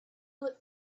lit